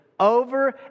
Over